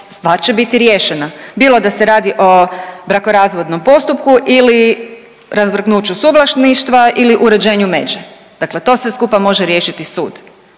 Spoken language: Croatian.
stvar će biti riješena bilo da se radi o brakorazvodnom postupku ili razvrgnuću suvlasništva ili uređenju međe. Dakle, to sve skupa može riješiti sud,